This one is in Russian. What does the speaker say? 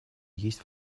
есть